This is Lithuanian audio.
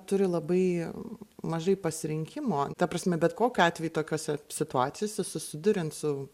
turi labai mažai pasirinkimo ta prasme bet kokiu atveju tokiose situacijose susiduriant su